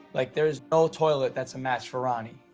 like there is no toilet that's a match for ronnie.